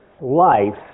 life